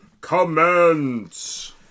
commence